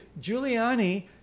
Giuliani